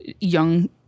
young